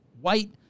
white